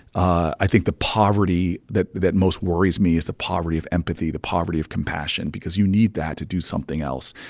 i think the poverty that that most worries me is the poverty of empathy, the poverty of compassion because you need that to do something else.